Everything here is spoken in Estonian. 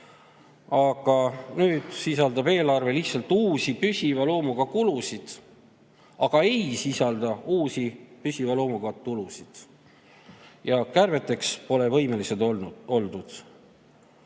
Nüüd sisaldab eelarve lihtsalt uusi püsiva loomuga kulusid, aga ei sisalda uusi püsiva loomuga tulusid. Ja kärbeteks pole võimelised oldud.